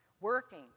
working